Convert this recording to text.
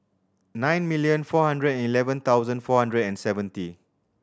nine million four hundred and eleven thousand four hundred and seventy